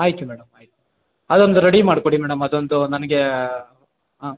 ಆಯಿತು ಮೇಡಮ್ ಆಯಿತು ಅದೊಂದು ರೆಡಿ ಮಾಡಿಕೊಡಿ ಮೇಡಮ್ ಅದೊಂದು ನನಗೆ